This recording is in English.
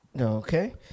okay